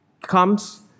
comes